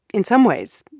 in some ways,